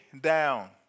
down